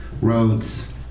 roads